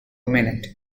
minute